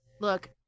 look